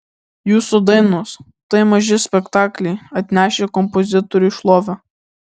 jūsų dainos tai maži spektakliai atnešę kompozitoriui šlovę